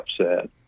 upset